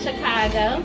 Chicago